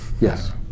yes